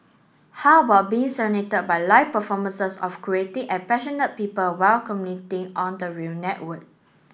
how about being by live performances of creative and passionate people while on the rail network